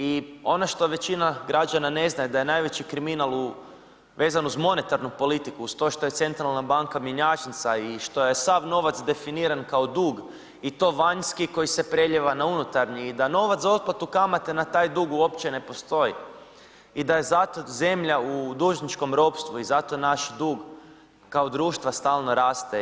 I ono što većina građana ne zna da je najveći kriminal vezan uz monetarnu politiku uz to što je Centralna banka mjenjačnica i što je sav novac definiran kao dug i to vanjski koji se prelijeva na unutarnji i da novac za otplatu kamate na taj dug uopće ne postoji i da je zato zemlja u dužničkom ropstvu i zato naš dug kao društva stalno raste.